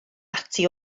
ati